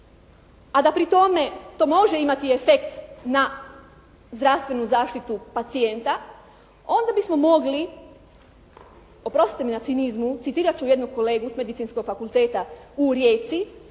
a da pri tome to može imati efekt na zdravstvenu zaštitu pacijenta, onda bismo mogli, oprostite mi na cinizmu, citirat ću jednog kolegu s Medicinskog fakulteta u Rijeci